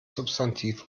substantiv